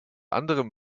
anderem